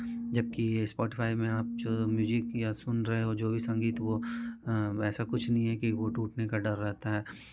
जबकि ये स्पोटीफाई में आप जो म्यूज़िक या सुन रहे हो जो भी संगीत वो वैसा कुछ नहीं है कि वो टूटने का डर रहता है